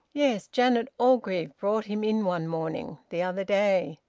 yes, janet orgreave brought him in one morning the other day.